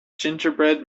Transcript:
gingerbread